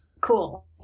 Cool